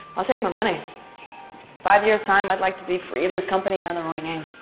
i'll take my money five years time i'd like to be free of this company on the